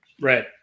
Right